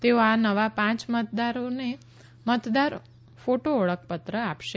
તેઓ નવા પાંચ મતદારોને મતદાર ફોટો ઓળખ પત્ર આપશે